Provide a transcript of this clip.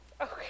Okay